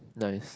nice